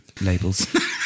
labels